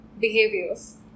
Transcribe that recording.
behaviors